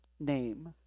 name